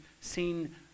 seen